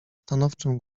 stanowczym